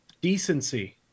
Decency